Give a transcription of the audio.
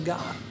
God